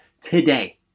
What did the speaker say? today